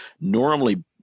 normally